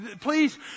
Please